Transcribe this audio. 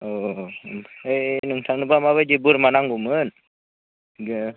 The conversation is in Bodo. ओमफ्राय नोंथांनोब्ला माबायदि बोरमा नांगौमोन ए